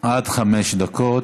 עד חמש דקות,